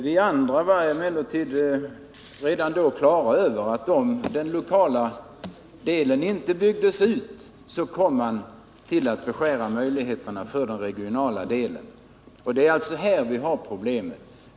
Vi andra var emellertid redan då på det klara med att möjligheterna för den regionala delen skulle beskäras, om inte den lokala delen byggdes ut. Det är alltså här vi har problemet.